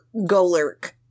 Golurk